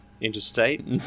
interstate